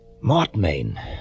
Mortmain